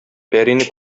пәрине